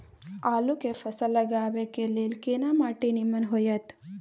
आलू के फसल लगाबय के लेल केना माटी नीमन होयत?